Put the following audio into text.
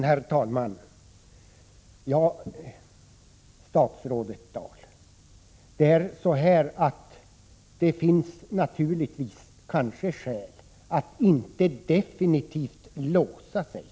Herr talman! Det finns, statsrådet Dahl, kanske skäl för att man inte definitivt skall låsa sig.